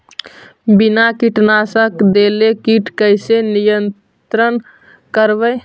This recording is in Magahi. बिना कीटनाशक देले किट कैसे नियंत्रन करबै?